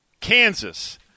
Kansas